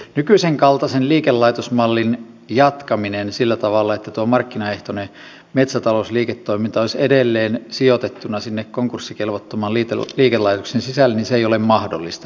nykyisen kaltaisen liikelaitosmallin jatkaminen sillä tavalla että markkinaehtoinen metsätalousliiketoiminta olisi edelleen sijoitettuna sinne konkurssikelvottoman liikelaitoksen sisälle ei ole mahdollista